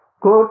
good